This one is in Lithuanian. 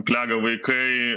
klega vaikai